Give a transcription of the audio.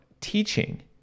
teaching